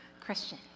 Christian